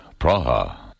Praha